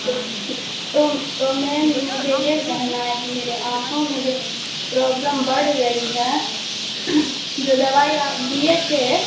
تو تو تو میم مجھے یہ کہنا ہے کہ میرے آنکھوں میں جو پروبلم بڑھ رہی ہے جو دوائی آپ دیے تھے